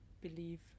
believe